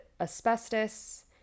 asbestos